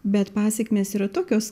bet pasekmės yra tokios